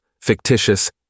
fictitious